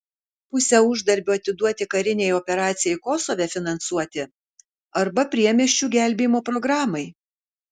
pusę uždarbio atiduoti karinei operacijai kosove finansuoti arba priemiesčių gelbėjimo programai